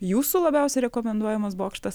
jūsų labiausiai rekomenduojamas bokštas